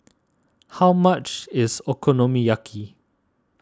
how much is Okonomiyaki